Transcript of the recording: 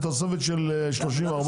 זה תוספת של 30%-40%.